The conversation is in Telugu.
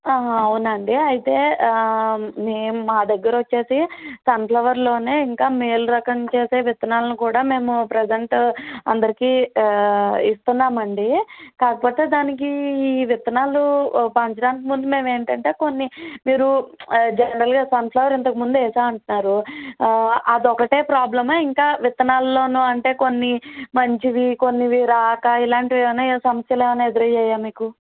అవునా అండి అయితే మేం మా దగ్గర వచ్చి సన్ఫ్లవర్లోనే ఇంకా మేలు రకం చేసే విత్తనాలను కూడా మేము ప్రజెంట్ అందరికీ ఇస్తున్నామండీ కాకపోతే దానికి విత్తనాలు ఓ సంవత్సరానికి ముందు మేము ఏంటంటే కొన్ని మీరు జనరల్గా సన్ఫ్లవర్ ఇంతకు ముందు వేసాను అంటున్నారు అదొక్కటే ప్రోబ్లేమా ఇంకా విత్తనాలల్లోను అంటే కొన్ని మంచివి కొన్ని రాక ఇలాంటివి ఏమైనా సమస్యలు ఏమైనా ఎదురయ్యాయా మీకు